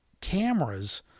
cameras